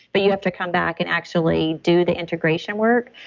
but you have to come back and actually do the integration work.